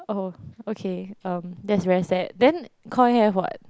oh okay um that's very sad then Koi have [what]